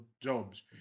jobs